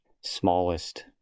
smallest